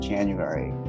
January